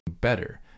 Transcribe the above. better